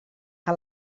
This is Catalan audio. que